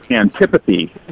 antipathy